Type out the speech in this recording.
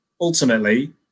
ultimately